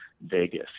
Vegas